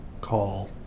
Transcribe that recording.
call